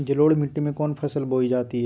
जलोढ़ मिट्टी में कौन फसल बोई जाती हैं?